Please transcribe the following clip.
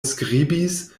skribis